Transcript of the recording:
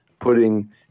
putting